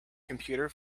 computer